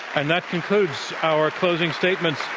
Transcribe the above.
and that concludes our closing statements.